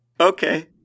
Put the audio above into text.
Okay